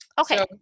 Okay